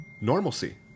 normalcy